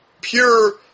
pure